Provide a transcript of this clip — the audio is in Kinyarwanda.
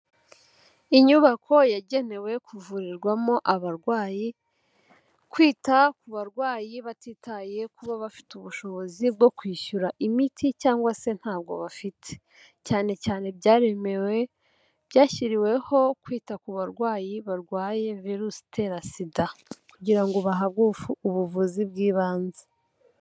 Inyubako yagenewe kuvurirwamo abarwayi, kwita ku barwayi batitaye kuba bafite ubushobozi bwo kwishyura imiti, cyangwa se ntabwo bafite, cyane cyane byaremewe byashyiriweho kwita ku barwayi barwaye virusi itera SIDA, kugira ngo bahabwe ubuvuzi bw'ibanze.